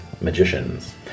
magicians